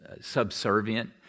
subservient